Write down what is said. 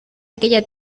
aquella